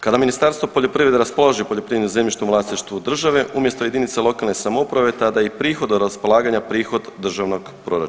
Kada Ministarstvo poljoprivrede raspolaže poljoprivrednim zemljištem u vlasništvu države umjesto jedinica lokalne samouprave tada i prihod od raspolaganja prihod državnog proračuna.